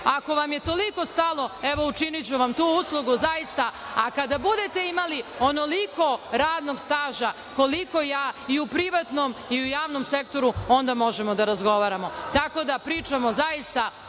Ako vam je toliko stalo, evo učiniću vam tu uslugu, zaista, a kada budete imali onoliko radnog staža koliko ja, i u privatnom i u javnom sektoru, onda možemo da razgovaramo. Pričamo o